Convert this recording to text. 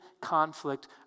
conflict